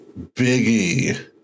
Biggie